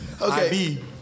Okay